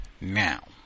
now